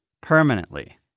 permanently